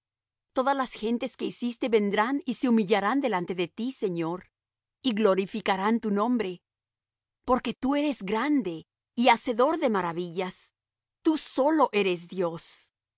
todas las gentes que hiciste vendrán y se humillarán delante de ti señor y glorificarán tu nombre porque tú eres grande y hacedor de maravillas tú solo eres dios